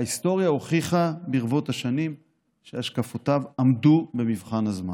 וההיסטוריה הוכיחה ברבות השנים שהשקפותיו עמדו במבחן הזמן.